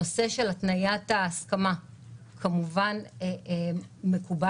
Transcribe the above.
הנושא של התניית ההסכמה כמובן מקובל,